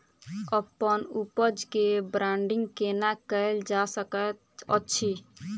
अप्पन उपज केँ ब्रांडिंग केना कैल जा सकैत अछि?